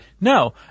No